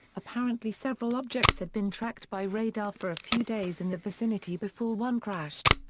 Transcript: apparently several objects had been tracked by radar for a few days in the vicinity before one crashed.